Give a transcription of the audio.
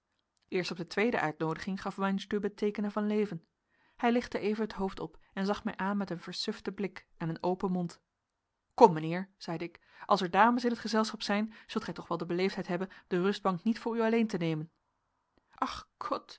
eerst op de tweede uitnoodiging gaf weinstübe teekenen van leven hij lichtte even het hoofd op en zag mij aan met een versuften blik en een open mond kom mijnheer zeide ik als er dames in t gezelschap zijn zult gij toch wel de beleefdheid hebben de rustbank niet voor u alleen te nemen